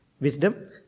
wisdom